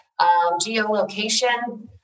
geolocation